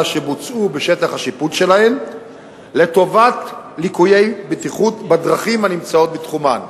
שבוצעו בשטח השיפוט שלהן לטובת ליקויי בטיחות בדרכים הנמצאות בתחומן.